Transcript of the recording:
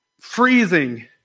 freezing